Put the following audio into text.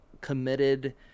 committed